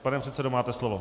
Pane předsedo, máte slovo.